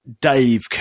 Dave